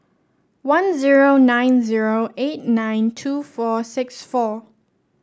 one zero nine zero eight nine two four six four